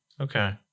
Okay